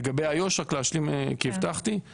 לגבי איו"ש רק להשלים כי הבטחתי,